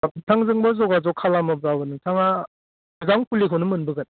बा बिथांजोंबो जगाजग खालामोबाबो नोंथाङा मोजां फुलिखौनो मोनबोगोन